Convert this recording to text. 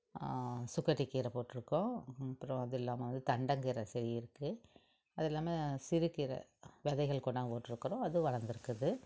சுக்கிட்டி கீரை போட்டிருக்கோம் அப்புறம் அது இல்லாமல் வந்து தண்டங்கீரை செடி இருக்குது அது இல்லாமல் சிறுகீரை விதைகள் கொண்டாந்து போட்டிருக்கறோம் அது வளர்ந்துருக்குது